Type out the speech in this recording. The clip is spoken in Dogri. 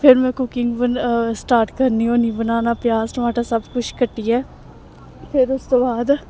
फिर में कुकिंग बना स्टार्ट करनी होन्नी बनाना प्याज टमाटर सब कुछ कट्टियै फिर उस तू बाद